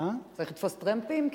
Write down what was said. צריך לתפוס טרמפים?